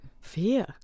Fear